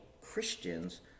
Christians